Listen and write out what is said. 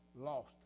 lost